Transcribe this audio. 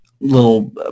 little